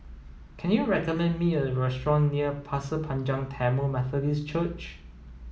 can you recommend me a restaurant near Pasir Panjang Tamil Methodist Church